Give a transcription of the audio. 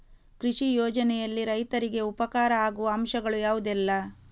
ಕೃಷಿ ಯೋಜನೆಯಲ್ಲಿ ರೈತರಿಗೆ ಉಪಕಾರ ಆಗುವ ಅಂಶಗಳು ಯಾವುದೆಲ್ಲ?